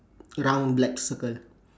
round black circle